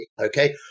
Okay